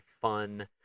fun